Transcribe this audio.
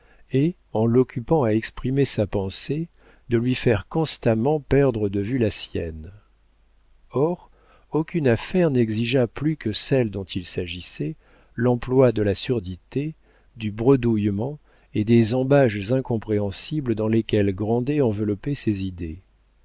et en l'occupant à exprimer sa pensée de lui faire constamment perdre de vue la sienne or aucune affaire n'exigea plus que celle dont il s'agissait l'emploi de la surdité du bredouillement et des ambages incompréhensibles dans lesquels grandet enveloppait ses idées